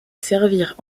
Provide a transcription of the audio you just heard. servirent